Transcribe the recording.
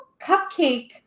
cupcake